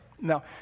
Now